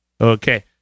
Okay